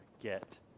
get